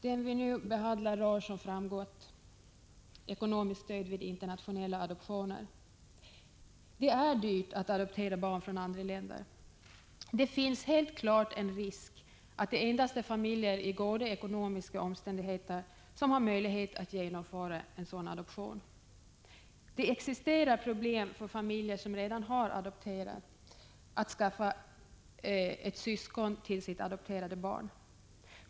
Det som vi nu behandlar rör, som framgått, ekonomiskt stöd vid internationella adoptioner. Det är dyrt att adoptera barn från andra länder. Det finns helt klart en risk att endast familjer i goda ekonomiska omständigheter har möjlighet att genomföra en sådan adoption. Det existerar verkligen problem för familjer som redan har adopterat att skaffa ett syskon till barnet.